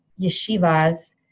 yeshivas